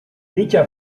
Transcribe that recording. dichas